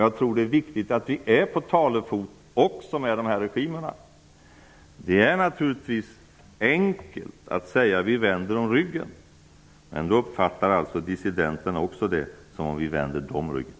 Jag tror att det är viktigt att vi är på talefot även med de här regimerna. Det är naturligtvis enkelt att säga att vi skall vända dem ryggen, men då uppfattar även dissidenterna det som om vi vänder dem ryggen.